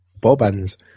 bobbins